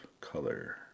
color